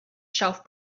shelf